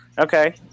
Okay